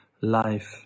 life